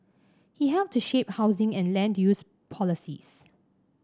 he helped to shape housing and land use policies